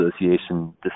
Association